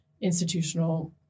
institutional